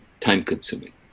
time-consuming